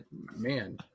man